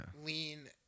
lean